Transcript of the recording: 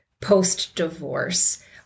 post-divorce